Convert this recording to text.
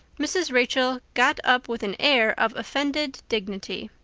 mrs. rachel got up with an air of offended dignity.